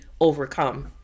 overcome